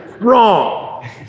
Wrong